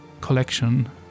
collection